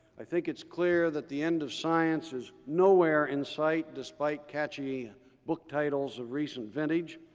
i think it's clear that the end of science is nowhere in sight, despite catchy book titles of recent vintage.